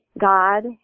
god